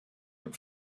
dem